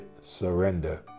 surrender